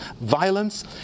violence